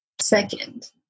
second